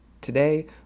Today